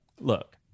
look